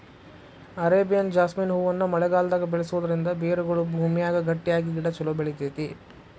Arabian jasmine ಹೂವನ್ನ ಮಳೆಗಾಲದಾಗ ಬೆಳಿಸೋದರಿಂದ ಬೇರುಗಳು ಭೂಮಿಯಾಗ ಗಟ್ಟಿಯಾಗಿ ಗಿಡ ಚೊಲೋ ಬೆಳಿತೇತಿ